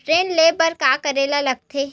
ऋण ले बर का करे ला लगथे?